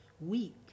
week